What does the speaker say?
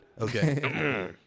Okay